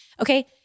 Okay